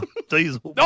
Diesel